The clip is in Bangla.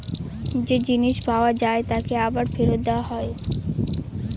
যে জিনিস পাওয়া হয় তাকে আবার ফেরত দেওয়া হয়